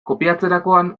kopiatzerakoan